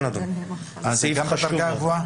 זה סעיף חשוב מאוד.